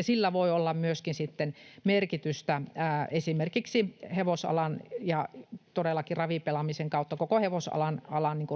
sillä voi olla myöskin sitten merkitystä esimerkiksi todellakin ravipelaamisen kautta koko hevosalan